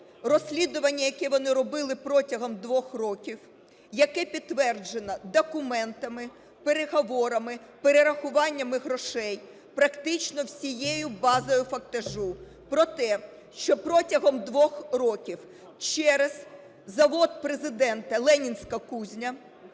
розслідування, яке вони робили протягом двох років, яке підтверджено документами, переговорами, перерахуваннями грошей, практичною всією базою фактажу, про те, що протягом двох років через завод Президента "Ленінська кузня"